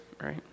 right